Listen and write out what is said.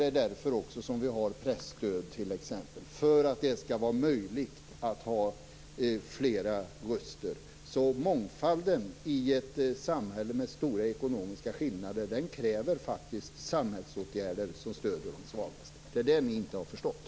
Det är därför som vi har t.ex. presstöd. Det skall vara möjligt att få höra flera röster. Mångfalden i ett samhälle med stora ekonomiska skillnader kräver faktiskt samhällsåtgärder som stöder de svagaste. Det är detta ni inte har förstått.